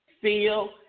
feel